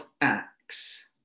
acts